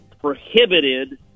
prohibited